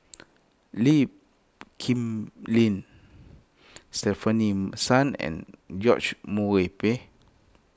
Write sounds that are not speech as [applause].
Lee Kip Lin Stefanie Sun and George Murray [unintelligible]